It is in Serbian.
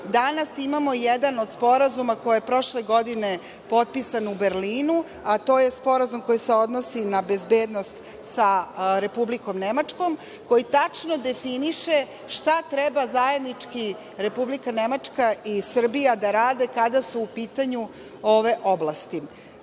danas imamo jedan od sporazuma koji je prošle godine potpisan u Berlinu, a to je sporazum koji se odnosi na bezbednost sa Republikom Nemačkom koji tačno definiše šta treba zajednički Republika Nemačka i Srbija da rade kada su u pitanju ove oblasti. Kada